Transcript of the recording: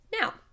now